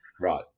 Right